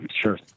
sure